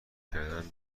کردن